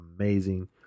amazing